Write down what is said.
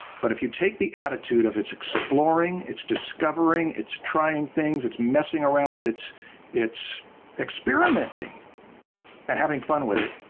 but if you take the attitude of its exploring, it's discovering, it's trying things, it's messing around, it's it's experimenting and having fun with it,